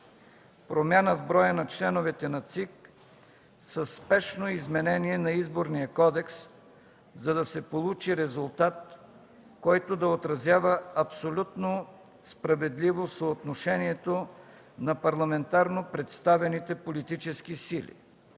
промяна в броя на членовете на ЦИК със спешно изменение на Изборния кодекс, за да се получи резултат, който да отразява абсолютно справедливо съотношението на парламентарно представените политически сили.